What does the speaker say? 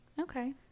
okay